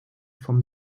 vom